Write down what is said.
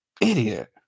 Idiot